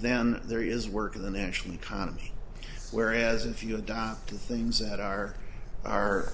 then there is work in the national economy whereas if you adopt and things that are are